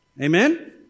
Amen